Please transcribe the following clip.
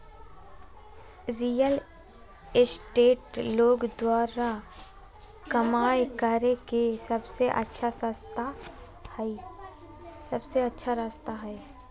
real estate लोग द्वारा कमाय करे के सबसे अच्छा रास्ता हइ